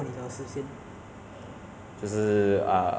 as if 如果你是说 err during 我的